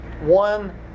one